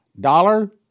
dollar